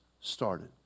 started